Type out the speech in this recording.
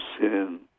sin